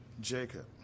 Jacob